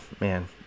man